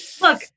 look